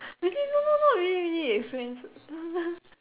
I say no no no really really friends